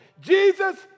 Jesus